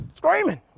screaming